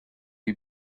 you